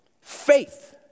Faith